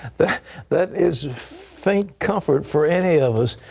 that that is feint comfort for any of us.